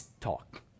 talk